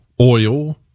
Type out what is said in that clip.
oil